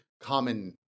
common